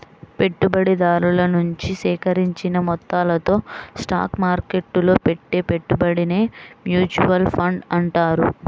పెట్టుబడిదారుల నుంచి సేకరించిన మొత్తాలతో స్టాక్ మార్కెట్టులో పెట్టే పెట్టుబడినే మ్యూచువల్ ఫండ్ అంటారు